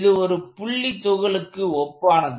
இது ஒரு புள்ளி துகளுக்கு ஒப்பானது